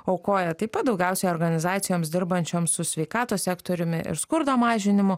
aukoja taip pat daugiausiai organizacijoms dirbančioms su sveikatos sektoriumi ir skurdo mažinimu